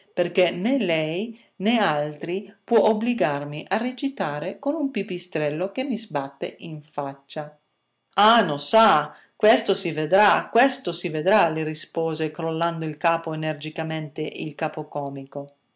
perché né lei né altri può obbligarmi a recitare con un pipistrello che mi sbatte in faccia ah no sa questo si vedrà questo si vedrà le rispose crollando il capo energicamente il capocomico